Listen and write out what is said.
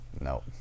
no